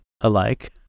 alike